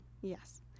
yes